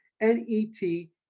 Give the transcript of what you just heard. N-E-T